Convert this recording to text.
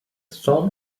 son